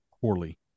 poorly